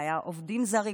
"עובדים זרים".